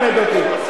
פעם ראשונה.